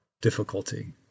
difficulty